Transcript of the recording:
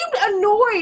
annoyed